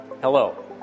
Hello